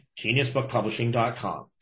geniusbookpublishing.com